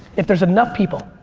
if there's enough people,